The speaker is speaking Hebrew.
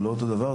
זה לא אותו דבר,